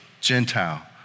Gentile